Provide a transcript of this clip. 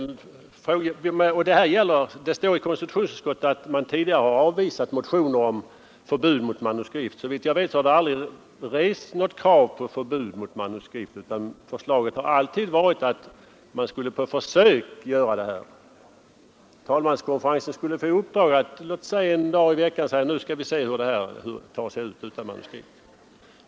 Det heter i konstitutionsutskottets betänkande att riksdagen tidigare har avslagit motioner om förbud mot att tala från manuskript. Såvitt jag vet har det aldrigt rests något krav på förbud mot manuskript, utan det har alltid föreslagits att det skulle ske på försök. Talmanskonferensen skulle få i uppdrag att exempelvis en dag i veckan pröva hur debatterna tar sig ut utan manuskript.